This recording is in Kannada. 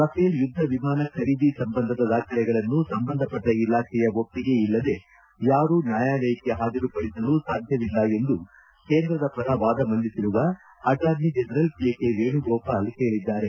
ರಫೇಲ್ ಯುದ್ದ ವಿಮಾನ ಖರೀದಿ ಸಂಬಂಧದ ದಾಖಲೆಗಳನ್ನು ಸಂಬಂಧಪಟ್ಟ ಇಲಾಖೆಯ ಒಪ್ಪಿಗೆ ಇಲ್ಲದೇ ಯಾರೂ ನ್ಮಾಯಾಲಕ್ಕೆ ಪಾಜರುಪಡಿಸಲು ಸಾಧ್ಯವಿಲ್ಲ ಎಂದು ಕೇಂದ್ರದ ಪರ ವಾದ ಮಂಡಿಸಿರುವ attorney general K K Venugopal ಹೇಳಿದ್ದಾರೆ